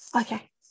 Okay